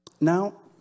Now